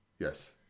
Yes